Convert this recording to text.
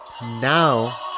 now